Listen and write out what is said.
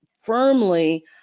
firmly